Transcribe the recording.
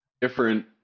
different